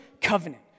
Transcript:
covenant